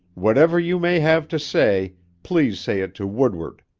whatever you may have to say, please say it to woodward.